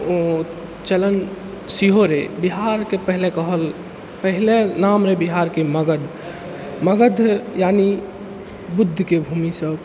चलन सेहो रहै बिहारके पहले कहल पहले नाम रहै बिहारके मगध मगध यानि बुद्धके भूमिसभ